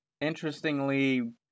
interestingly